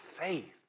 faith